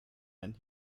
and